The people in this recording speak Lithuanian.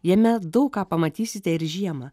jame daug ką pamatysite ir žiemą